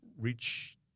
reach